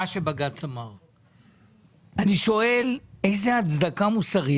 אני שואל: איזו הצדקה מוסרית?